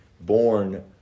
born